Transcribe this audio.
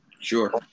Sure